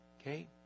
Okay